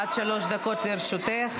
עד שלוש דקות לרשותך.